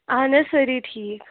اَہن حظ سٲری ٹھیٖک